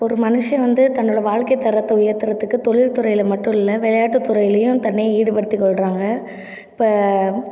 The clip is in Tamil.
ஒரு மனுஷன் வந்து தன்னோடய வாழ்க்கை தரத்தை உயர்த்துகிறதுக்கு தொழில் துறையில் மட்டும் இல்லை விளையாட்டு துறையிலேயும் தன்னை ஈடுபடுத்திக்கொள்கிறாங்கள் இப்போ